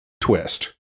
twist